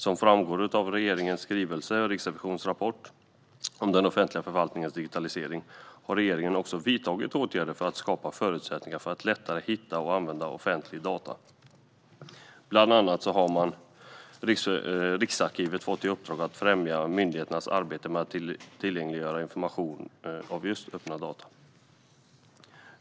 Som framgår av regeringens skrivelse Riksrevisionens rapport om den offentliga förvaltningens digitalisering har regeringen också vidtagit åtgärder för att skapa förutsättningar för att lättare hitta och använda offentliga data. Bland annat har Riksarkivet fått i uppdrag att främja myndigheternas arbete med att tillgängliggöra information och just öppna data.